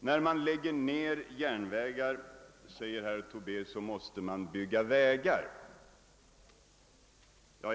När man lägger ner järnvägar, säger herr Tobé, så måste man bygga vägar i stället.